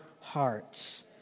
hearts